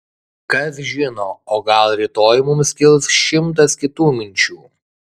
kas žino o gal rytoj mums kils šimtas kitų minčių